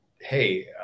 Hey